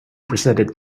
presented